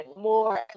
more